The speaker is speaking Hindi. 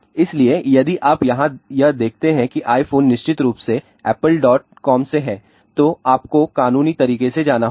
इसलिए यदि आप यहां यह देखते हैं कि iPhone निश्चित रूप से ऐप्पल डॉट कॉम से है तो आपको कानूनी तरीके से जाना होगा